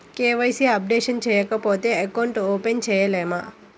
KYC updation చేయకపోతే account open చేయలేమా?